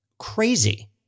crazy